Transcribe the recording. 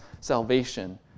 salvation